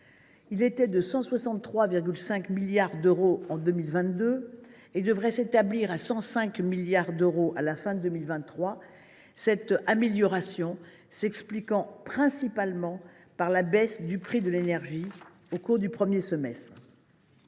Il était de 163,6 milliards d’euros en 2022 et devrait s’établir à 105 milliards d’euros à la fin de 2023, cette amélioration s’expliquant principalement par la baisse des prix de l’énergie au premier semestre.